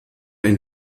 ein